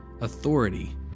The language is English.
authority